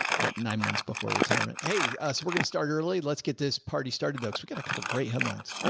at nine months before retirement. hey, so we're gonna start early. let's get this party started though cause we got a couple of great headlines.